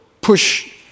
push